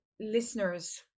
listeners